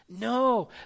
No